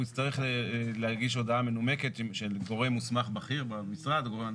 הוא יצטרך להגיש בקשה מנומקת של גורם מוסמך בכיר במשרד.